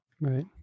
Right